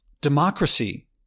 Democracy